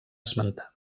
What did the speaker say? esmentada